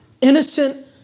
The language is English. innocent